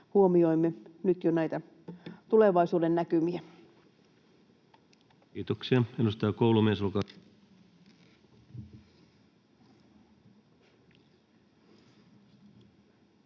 huomioimme jo nyt näitä tulevaisuudennäkymiä. Kiitoksia. — Edustaja Koulumies,